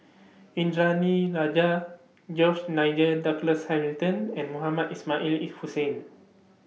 Indranee Rajah George Nigel Douglas Hamilton and Mohamed Ismail Hussain